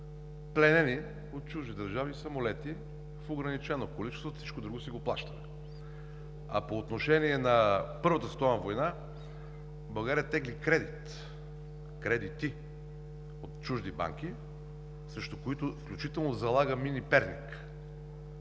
пленени от чужди държави самолети в ограничено количество. Всичко друго си го плащаме. А по отношение на Първата световна война, България тегли кредити от чужди банки, срещу които, включително, залага „Мини – Перник“,